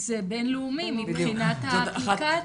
זה בינלאומי מבחינת האפליקציה.